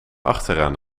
achteraan